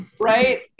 Right